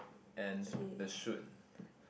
and the chute